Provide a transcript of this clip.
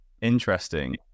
interesting